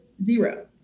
zero